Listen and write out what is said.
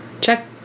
Check